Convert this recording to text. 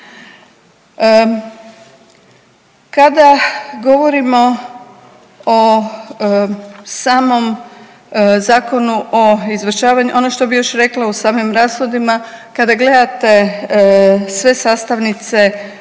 Kada govorimo o samom Zakonu o izvršavanju, ono što bih još rekla o samim rashodima, kada gledate sve sastavnice,